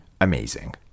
amazing